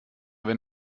wenn